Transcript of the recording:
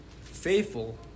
Faithful